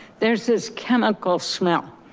there's this chemical smell.